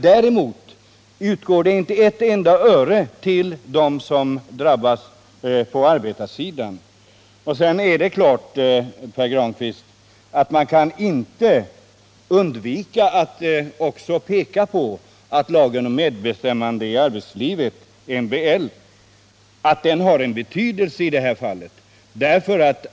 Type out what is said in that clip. Däremot utgår inte ett enda öre till dem som drabbas på arbetarsidan. Man kan inte undvika att också peka på att lagen om medbestämmande i arbetslivet, MBL, har betydelse i detta fall.